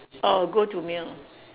or a go-to meal